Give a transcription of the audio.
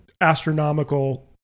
astronomical